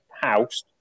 house